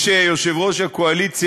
אדוני היושב-ראש,